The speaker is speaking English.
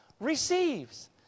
receives